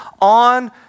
On